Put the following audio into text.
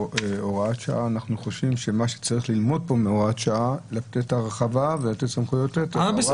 הנתונים מוכיחים את עצמם.